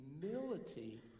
humility